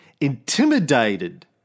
intimidated